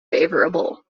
favorable